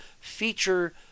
feature